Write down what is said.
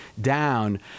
down